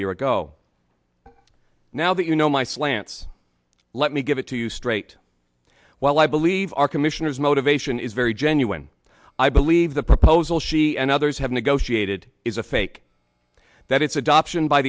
year ago now that you know my slants let me give it to you straight while i believe our commissioner's motivation is very genuine i believe the proposal she and others have negotiated is a fake that its adoption by